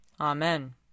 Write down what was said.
Amen